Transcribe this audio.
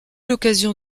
l’occasion